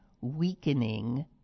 weakening